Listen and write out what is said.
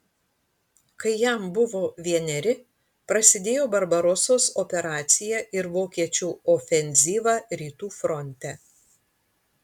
kai jam buvo vieneri prasidėjo barbarosos operacija ir vokiečių ofenzyva rytų fronte